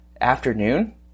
afternoon